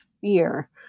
fear